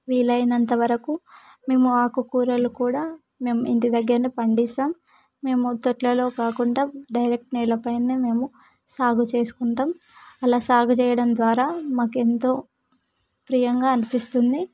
వీలైనంత వరకు మేము ఆకుకూరలు కూడా మేము ఇంటి దగ్గరనే పండిస్తాం మేము తొట్లలో కాకుండా డైరెక్ట్ నేల పైనే మేము సాగు చేసుకుంటాం అలా సాగు చేయడం ద్వారా మాకెంతో ప్రియంగా అనిపిస్తుంది